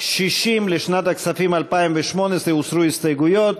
60 לשנת הכספים 2018 הוסרו ההסתייגויות,